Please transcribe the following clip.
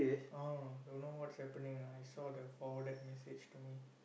orh don't know what's happening lah I saw the forwarded message to me